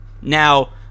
Now